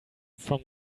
from